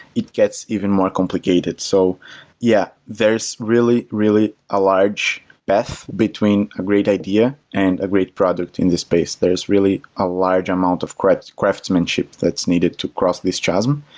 it gets even more complicated. so yeah, there's really, really a large path between a great idea and a great product in this space. there is really a large amount of craftsmanship that's needed to cross this chasm.